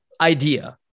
idea